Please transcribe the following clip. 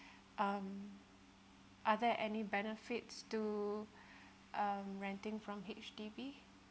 um are there any benefits to um renting from H_D_B